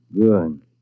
Good